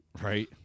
right